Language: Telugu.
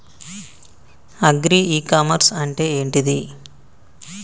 అగ్రి ఇ కామర్స్ అంటే ఏంటిది?